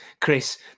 Chris